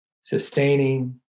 sustaining